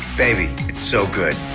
baby it's so good.